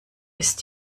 ist